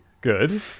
Good